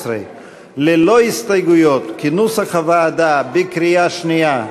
13 ללא הסתייגויות, כנוסח הוועדה, בקריאה שנייה.